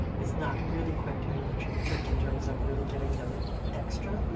it's not really quite doing the trick in terms of really giving them and extra.